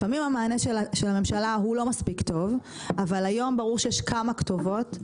לפעמים המענה של הממשלה הוא לא מספיק טוב אבל היום ברור שיש כמה כתובות.